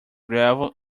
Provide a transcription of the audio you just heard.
gravel